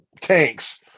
tanks